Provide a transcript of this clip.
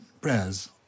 prayers